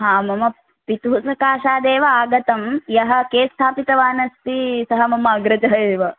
हा मम पितुः सकाशादेव आगतम् यः केस् स्थापितवान् अस्ति सः मम अग्रजः एव